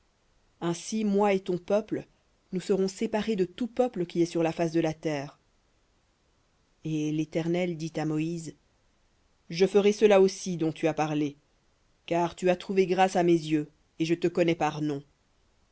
ainsi moi et ton peuple nous serons séparés de tout peuple qui est sur la face de la terre v voir et l'éternel dit à moïse je ferai cela aussi dont tu as parlé car tu as trouvé grâce à mes yeux et je te connais par nom